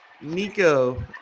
Nico